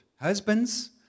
Husbands